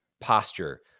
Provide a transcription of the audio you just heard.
posture